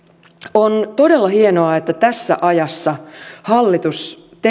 on todella hienoa että tässä ajassa hallitus